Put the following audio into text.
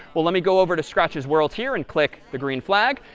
well, let me go over to scratch's world here and click the green flag.